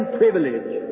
privilege